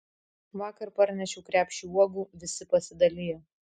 vakar parnešiau krepšį uogų visi pasidalijo